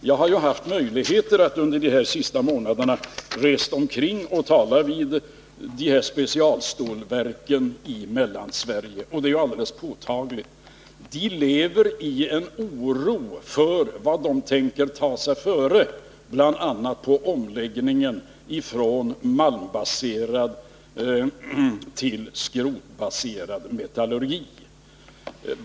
Jag har ju haft möjligheter att under de senaste månaderna resa omkring och tala med människorna vid specialstålverken i Mellansverige. Det är alldeles påtagligt att de lever i en oro för vad ledningen tänker ta sig före bl.a. vid omläggningen från malmbaserad till skrotbaserad metallurgi.